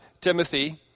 Timothy